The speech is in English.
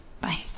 Bye